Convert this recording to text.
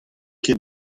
ket